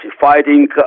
fighting